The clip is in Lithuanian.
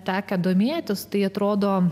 tekę domėtis tai atrodo